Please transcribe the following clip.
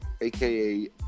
aka